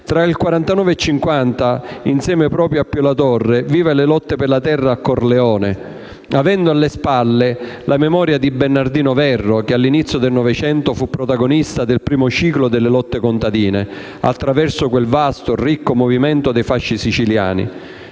Tra il 1949 e 1950, insieme a Pio La Torre, vive le lotte per la terra a Corleone, avendo alle spalle la memoria di Bernardino Verro, che all'inizio del Novecento fu protagonista del primo ciclo delle lotte contadine attraverso quel vasto e ricco movimento dei Fasci siciliani.